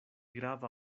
grava